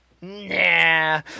Nah